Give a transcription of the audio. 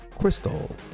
Crystal